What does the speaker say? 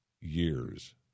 years